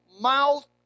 Mouth